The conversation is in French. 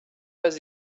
pas